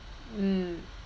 mm